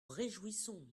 réjouissons